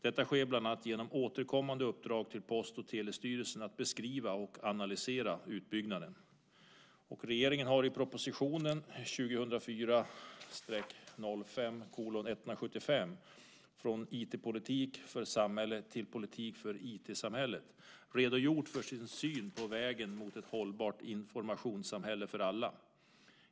Detta sker bland annat genom återkommande uppdrag till Post och telestyrelsen att beskriva och analysera utbyggnaden. Regeringen har i propositionen 2004/05:175, Från IT-politik för samhället till politik för IT-samhället , redogjort för sin syn på vägen mot ett hållbart informationssamhälle för alla.